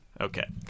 okay